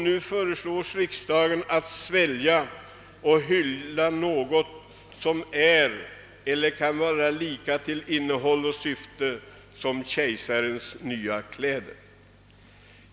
Nu föreslås riksdagen att svälja och hylla något som är eller kan vara lika till innehåll och syfte som kejsarens nya kläder.